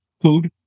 Food